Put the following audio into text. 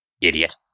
Idiot